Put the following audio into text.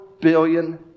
billion